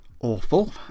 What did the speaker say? awful